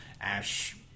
Ash